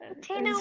Tina